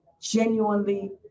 genuinely